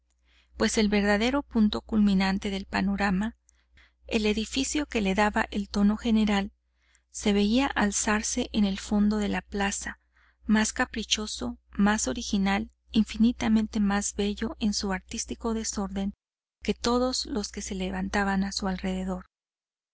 pues el verdadero punto culminante del panorama el edificio que le daba el tono general se veía alzarse en el fondo de la plaza más caprichoso más original infinitamente más bello en su artístico desorden que todos los que se levantaban a su alrededor